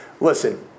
Listen